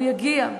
הוא יגיע,